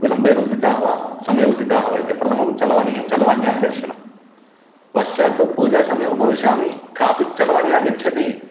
विलम्बेन उत्थितः वा समये उत्थितः वा इति प्रथमं चलवाणी चलवाण्याः दर्शनं पश्चात् पूजासमये उपविशामि कापि चलवाणी आगच्छति